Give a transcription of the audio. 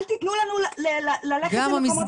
אל תתנו לנו ללכת לאיבוד.